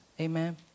Amen